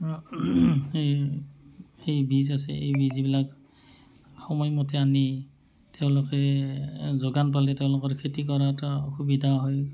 সেই সেই বীজ আছে এই বীজবিলাক সময়মতে আনি তেওঁলোকে যোগান পালে তেওঁলোকৰ খেতি কৰাত সুবিধা হয়